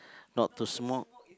not to smoke